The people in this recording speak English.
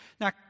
Now